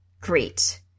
great